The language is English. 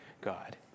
God